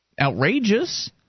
outrageous